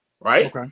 Right